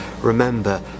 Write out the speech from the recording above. remember